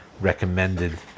recommended